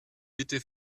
bitte